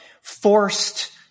forced